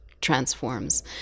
transforms